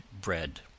bread